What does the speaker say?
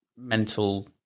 mental